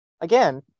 again